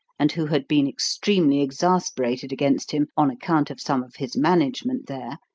and who had been extremely exasperated against him on account of some of his management there,